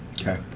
Okay